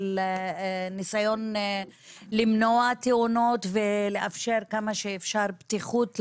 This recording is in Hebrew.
ניסיון למנוע תאונות ולאפשר כמה שאפשר בטיחות לעובדים,